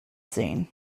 zane